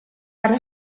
ara